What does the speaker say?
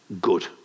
good